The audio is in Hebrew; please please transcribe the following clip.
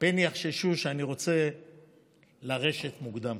פן יחששו שאני רוצה לרשת מוקדם.